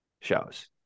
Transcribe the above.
shows